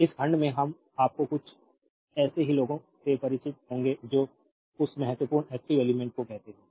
तो इस खंड में हम आपके कुछ ऐसे ही लोगों से परिचित होंगे जो उस महत्वपूर्ण एक्टिव एलिमेंट्स को कहते हैं